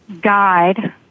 guide